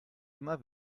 immer